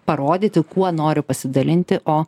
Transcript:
parodyti kuo noriu pasidalinti o